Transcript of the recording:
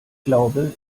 glaube